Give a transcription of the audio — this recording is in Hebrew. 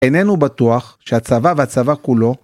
‫איננו בטוח שהצבא והצבא כולו...